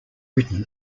written